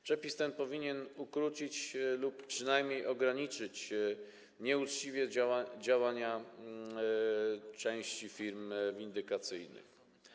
Przepis ten powinien ukrócić lub przynajmniej ograniczyć nieuczciwe działania części firm windykacyjnych.